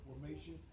formation